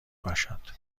باشد